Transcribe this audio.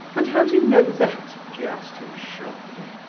and how do you know that? she asked him, sharply.